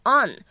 on